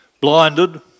blinded